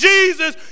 Jesus